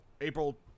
April